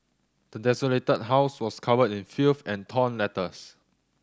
the desolated house was covered in filth and torn letters